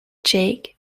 jake